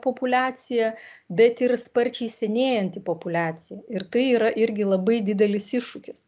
populiacija bet ir sparčiai senėjanti populiacija ir tai yra irgi labai didelis iššūkis